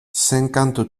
cinquante